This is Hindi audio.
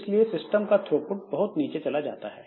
इससे सिस्टम का थ्रोपुट बहुत नीचे चला जाता है